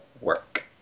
work